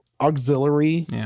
auxiliary